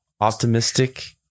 optimistic